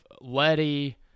Letty